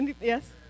Yes